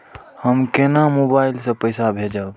हम केना मोबाइल से पैसा भेजब?